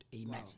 Amen